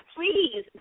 please